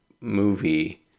movie